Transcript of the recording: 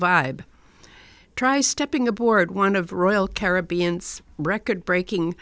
vibe try stepping aboard one of royal caribbean's record breaking